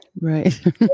Right